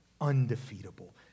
undefeatable